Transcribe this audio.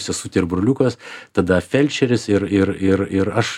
sesutė ir broliukas tada felčeris ir ir ir ir aš